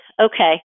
okay